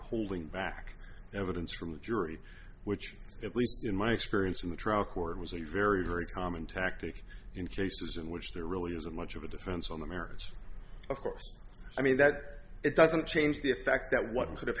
holding back evidence from the jury which at least in my experience in the trial court was a very very common tactic in cases in which there really isn't much of a difference on the merits of course i mean that it doesn't change the fact that what could have